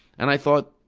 and i thought,